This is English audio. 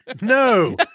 no